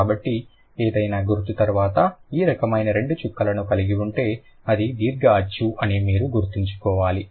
కాబట్టి ఏదైనా గుర్తు తర్వాత ఈ రకమైన రెండు చుక్కలను కలిగి ఉంటే అది దీర్ఘ అచ్చు అని మీరు గుర్తుంచుకోవాలి